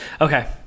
Okay